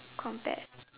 compared